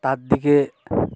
তার দিকে